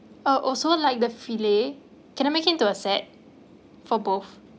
uh also like the fillet can I make it into a set for both